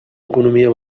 economia